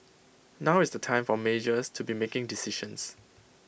now is the time for majors to be making decisions